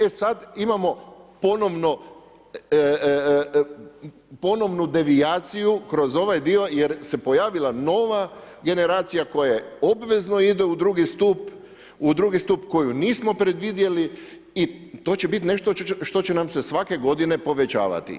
E sad imamo ponovnu devijaciju kroz ovaj dio jer se pojavila nova generacija koja obvezno ide u drugi stup, u drugi stup koji nismo predvidjeli i to će biti nešto što će nam se svake godine povećavati.